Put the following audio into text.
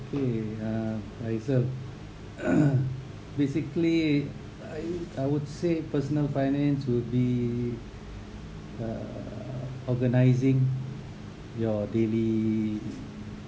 ok uh basically I I would say personal finance will be uh organising your daily